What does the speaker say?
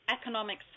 economic